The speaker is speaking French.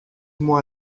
moi